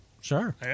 Sure